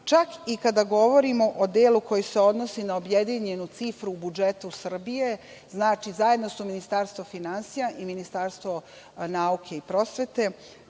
čak i kada govorimo o delu koji se odnosi na objedinjenu cifru u budžetu Srbije, znači, zajedno sa Ministarstvom finansija i Ministarstvom nauke i prosvete,